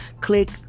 click